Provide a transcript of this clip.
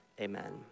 amen